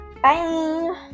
Bye